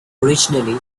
originally